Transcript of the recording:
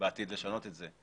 בעתיד לשנות את זה,